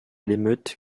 l’émeute